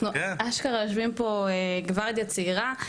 אנחנו אשכרה יושבים פה גווארדייה צעירה.